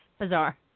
Bizarre